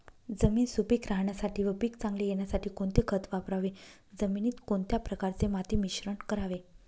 जमीन सुपिक राहण्यासाठी व पीक चांगले येण्यासाठी कोणते खत वापरावे? जमिनीत कोणत्या प्रकारचे माती मिश्रण करावे?